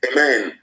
Amen